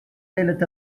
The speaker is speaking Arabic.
ليلة